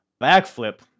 backflip